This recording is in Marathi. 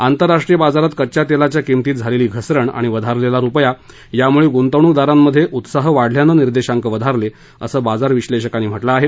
आंतरराष्ट्रीय बाजारात कच्च्या तेलाच्या किंमतीत झालेली घसरण आणि वधारलेला रुपया यामुळे गुंतवणूक दारांमधे उत्साह वाढल्यानं निर्देशांक वधारले असं बाजार विश्नेषकांनी म्हटलं आहे